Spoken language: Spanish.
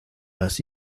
las